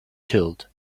killed